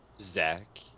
Zach